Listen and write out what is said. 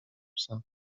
psa